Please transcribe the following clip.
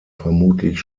vermutlich